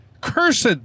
cursed